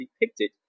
depicted